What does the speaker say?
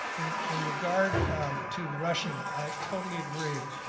in in regard to rushing it, i totally agree.